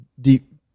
deep